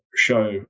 show